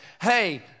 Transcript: hey